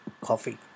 coffee